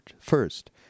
first